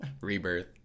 rebirth